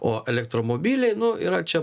o elektromobiliai nu yra čia